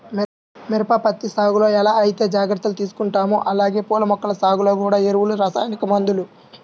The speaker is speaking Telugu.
మిరప, పత్తి సాగులో ఎలా ఐతే జాగర్తలు తీసుకుంటామో అలానే పూల మొక్కల సాగులో గూడా ఎరువులు, రసాయనిక మందులు